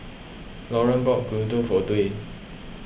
Loran bought Gyudon for Dwayne